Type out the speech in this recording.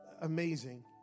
amazing